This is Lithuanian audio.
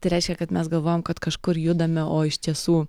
tai reiškia kad mes galvojam kad kažkur judame o iš tiesų